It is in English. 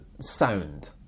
Sound